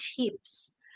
tips